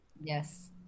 Yes